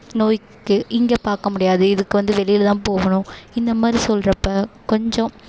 நோய்க்கு இங்கே பார்க்க முடியாது இதுக்கு வந்து வெளியில்தான் போகணும் இந்த மாதிரி சொல்கிறப்ப கொஞ்சம்